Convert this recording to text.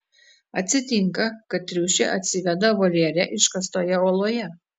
atsitinka kad triušė atsiveda voljere iškastoje uoloje